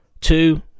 Two